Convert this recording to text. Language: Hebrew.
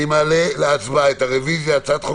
אני מעלה להצבעה את הרוויזיה על הצעת חוק